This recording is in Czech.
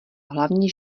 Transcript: hlavní